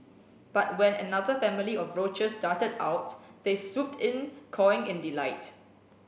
but when another family of roaches darted out they swooped in cawing in delight